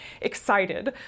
excited